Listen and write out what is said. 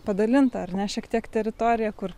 padalinta ar ne šiek tiek teritorija kur